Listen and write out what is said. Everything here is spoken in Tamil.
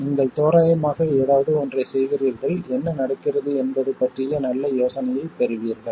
நீங்கள் தோராயமாக ஏதாவது ஒன்றைச் செய்கிறீர்கள் என்ன நடக்கிறது என்பது பற்றிய நல்ல யோசனையைப் பெறுவீர்கள்